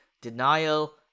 denial